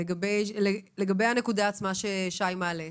לגבי הנקודה עצמה ששי מעלה?